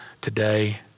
today